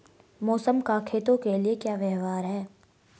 मौसम का खेतों के लिये क्या व्यवहार है?